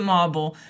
Marble